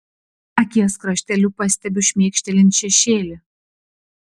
akies krašteliu pastebiu šmėkštelint šešėlį